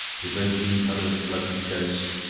evoking colour's bloodless ghost,